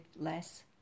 less